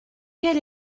quel